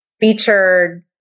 featured